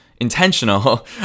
intentional